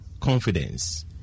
confidence